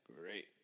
great